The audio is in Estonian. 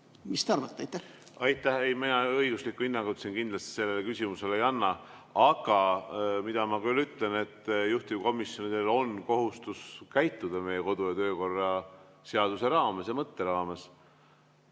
Mis te arvate? Aitäh!